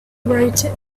wrote